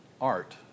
art